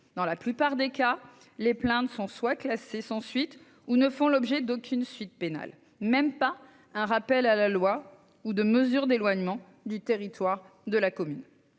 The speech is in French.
Dans la plupart des cas, les plaintes sont soit classées sans suite ou ne font l'objet d'aucune suite pénale, même pas d'un rappel à la loi ou de mesures d'éloignement du territoire de la commune.